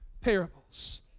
parables